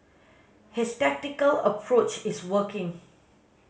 his tactical approach is working